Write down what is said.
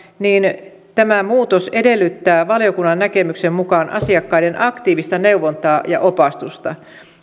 niin tämä muutos edellyttää valiokunnan näkemyksen mukaan asiakkaiden aktiivista neuvontaa ja opastusta